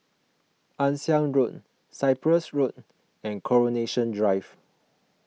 Ann Siang Road Cyprus Road and Coronation Drive